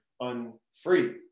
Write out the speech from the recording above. unfree